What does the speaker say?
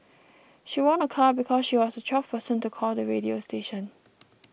she won a car because she was the twelfth person to call the radio station